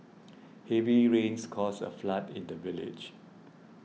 heavy rains caused a flood in the village